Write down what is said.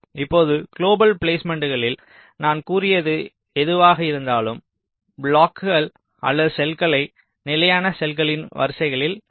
இப்போது குளோபல் பிலேஸ்மேன்ட்களில் நான் கூறியது எதுவாக இருந்தாலும் பிளாக்ஸ்கள் அல்லது செல்களை நிலையான செல்களின் வரிசைகளில் வைப்பதாகும்